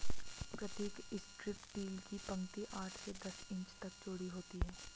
प्रतीक strip tile की पंक्ति आठ से दस इंच तक चौड़ी होती है